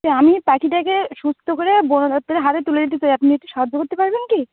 তো আমি পাখিটাকে সুস্থ করে বন দপ্তরের হাতে তুলে দিতে চাই আপনি একটু সাহায্য করতে পারবেন কি